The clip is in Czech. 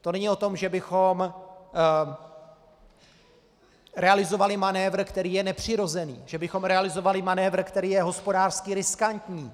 To není o tom, že bychom realizovali manévr, který je nepřirozený, že bychom realizovali manévr, který je hospodářsky riskantní.